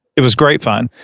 it was great fun.